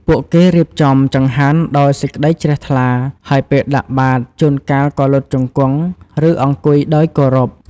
ពួកគេរៀបចំចង្ហាន់ដោយសេចក្តីជ្រះថ្លា ហើយពេលដាក់បាត ជួនកាលក៏លុតជង្គង់ ឬអង្គុយដោយគោរព។